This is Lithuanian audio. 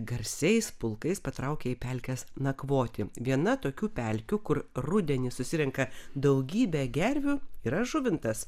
garsiais pulkais patraukia į pelkes nakvoti viena tokių pelkių kur rudenį susirenka daugybė gervių yra žuvintas